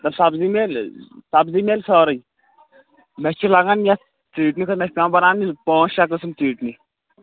سَبزی میلہِ حظ سَبزی میلہِ سٲرٕے مےٚ چھِ لگان یَتھ مےٚ چھِ پٮ۪وان بَناونہِ پانژھ شےٚ قٕسٕم ژیٚٹنہِ